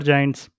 Giants